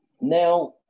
Now